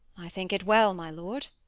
i think it well, my lord.